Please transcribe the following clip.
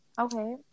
Okay